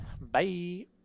Bye